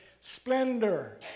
Splendor